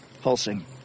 pulsing